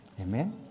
Amen